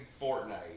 Fortnite